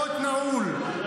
השלשלת נעול,